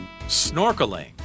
Snorkeling